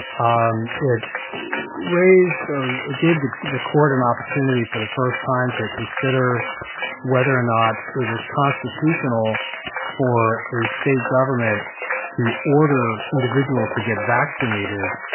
um it raised or it gave the the court an opportunity for the first time to consider whether or not it was constitutional for a state government to order individuals to get vaccinated,